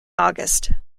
august